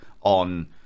on